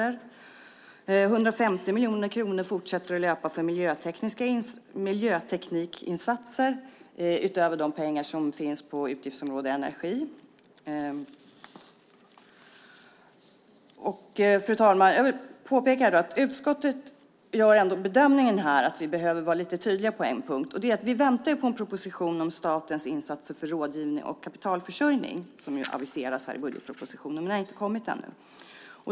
150 miljoner kronor fortsätter att löpa för miljöteknikinsatser utöver de pengar som finns på utgiftsområdet Energi. Fru talman! Jag vill påpeka att utskottet gör bedömningen att vi behöver vara lite tydliga på en punkt. Vi väntar ju på en proposition om statens insatser för rådgivning och kapitalförsörjning, som aviseras i budgetpropositionen men som inte har kommit ännu.